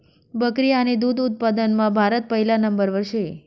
बकरी आणि दुध उत्पादनमा भारत पहिला नंबरवर शे